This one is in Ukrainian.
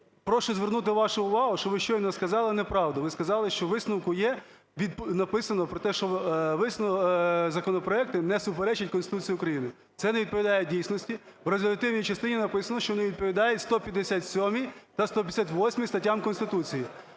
прошу звернути вашу увагу, що ви щойно сказали неправду. Ви сказали, що у висновку є написано про те, що законопроекти не суперечать Конституції України. Це не відповідає дійсності. В резолютивній частині написано, що вони відповідають 157-й та 158-й статтям Конституції.